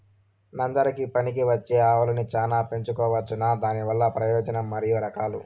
నంజరకి పనికివచ్చే ఆవులని చానా పెంచుకోవచ్చునా? దానివల్ల ప్రయోజనం మరియు రకాలు?